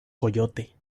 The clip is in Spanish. coyote